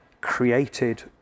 created